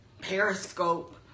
Periscope